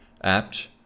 apt